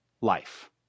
life